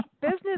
business